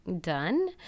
done